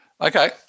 Okay